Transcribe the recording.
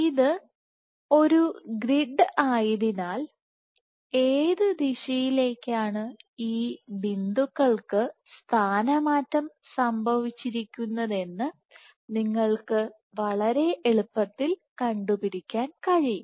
ഇതൊരു ഗ്രിഡ് ആയതിനാൽ ഏത് ദിശയിലേക്കാണ് ഈ ബിന്ദുക്കൾക്ക് സ്ഥാന മാറ്റം സംഭവിച്ചിരിക്കുന്നതെന്ന് നിങ്ങൾക്ക് വളരെ എളുപ്പത്തിൽ കണ്ടുപിടിക്കാൻ കഴിയും